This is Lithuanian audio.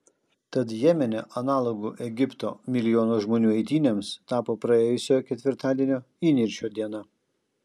tad jemene analogu egipto milijono žmonių eitynėms tapo praėjusio ketvirtadienio įniršio diena